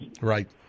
Right